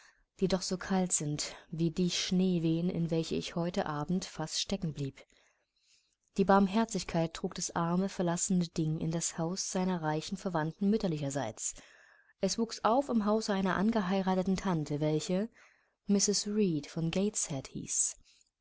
die doch so kalt sind wie die schneewehen in welchen ich heute abend fast stecken blieb die barmherzigkeit trug das arme verlassene ding in das haus seiner reichen verwandten mütterlicherseits es wuchs auf im hause einer angeheirateten tante welche mrs reed von gateshead hieß